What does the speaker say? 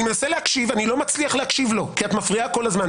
אני מנסה להקשיב ולא מצליח להקשיב לו כי את מפריעה כל הזמן.